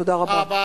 תודה רבה.